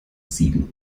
sieben